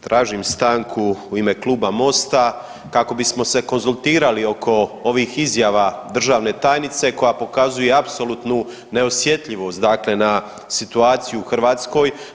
Tražim stanku u ime Kluba MOST-a kako bismo se konzultirali oko ovih izjava državne tajnice koja pokazuje apsolutno neosjetljivost dakle na situaciju u Hrvatskoj.